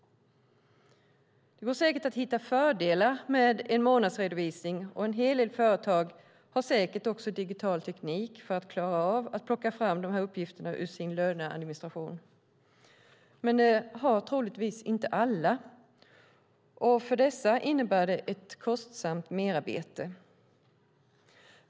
Det går säkert att hitta fördelar med en månadsredovisning, och en del företag har säkert också digital teknik för att klara av att plocka fram uppgifterna ur sin löneadministration. Men troligen har inte alla det. För dem innebär det ett kostsamt merarbete.